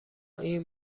این